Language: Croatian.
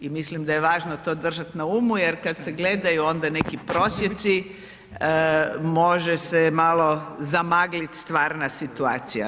I mislim da je važno to držati na umu jer kada se gledaju onda neki prosjeci može se malo zamagliti stvarna situacija.